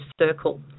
circle